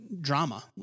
drama